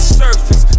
surface